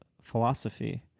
philosophy